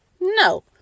No